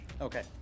Okay